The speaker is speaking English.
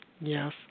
Yes